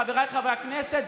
חבריי חברי הכנסת,